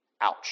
Ouch